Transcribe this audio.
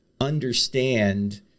understand